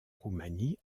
roumanie